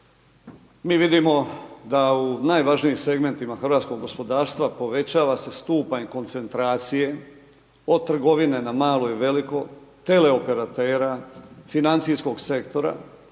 Mi vidimo da u najvažnijim segmentima hrvatskog gospodarstva povećava se stupanj koncentracije od trgovine na malo i veliko, teleoperatera, financijskog sektora